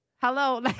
Hello